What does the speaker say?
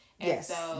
Yes